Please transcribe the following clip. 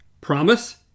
Promise